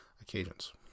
occasions